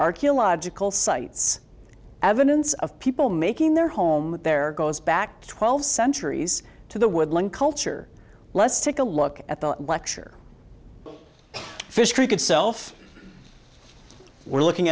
archaeological sites evidence of people making their home with their goes back twelve centuries to the woodland culture let's take a look at the lecture fish creek itself we're looking